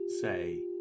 say